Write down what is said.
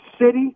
city